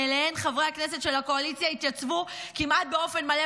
שאליהם חברי הכנסת של הקואליציה התייצבו כמעט באופן מלא.